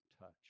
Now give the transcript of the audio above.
touch